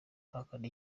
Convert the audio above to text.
bahakana